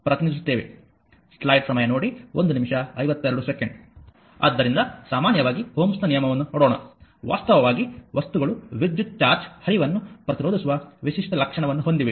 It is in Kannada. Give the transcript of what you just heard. ಆದ್ದರಿಂದ ಸಾಮಾನ್ಯವಾಗಿ Ω ನ ನಿಯಮವನ್ನು ನೋಡೋಣ ವಾಸ್ತವವಾಗಿ ವಸ್ತುಗಳು ವಿದ್ಯುತ್ ಚಾರ್ಜ್ನ ಹರಿವನ್ನು ಪ್ರತಿರೋಧಿಸುವ ವಿಶಿಷ್ಟ ಲಕ್ಷಣವನ್ನು ಹೊಂದಿವೆ